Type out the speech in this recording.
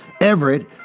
Everett